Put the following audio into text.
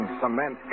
cement